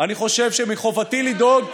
אני חושב שמחובתי לדאוג,